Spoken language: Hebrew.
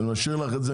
אני משאיר לך את זה.